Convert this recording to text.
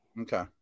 Okay